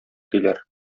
диләр